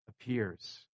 appears